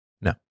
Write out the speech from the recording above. No